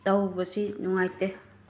ꯇꯧꯕꯁꯤ ꯅꯨꯡꯉꯥꯏꯇꯦ